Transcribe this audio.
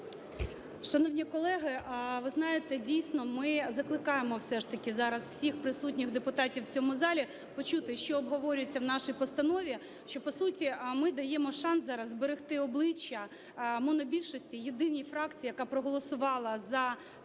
Шановні колеги, ви знаєте, дійсно, ми закликаємо все ж таки зараз всіх присутніх депутатів в цьому залі почути, що обговорюється в нашій постанові, що, по суті, ми даємо шанс зараз зберегти обличчя монобільшості - єдиній фракції, яка проголосувала за цей закон,